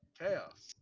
Chaos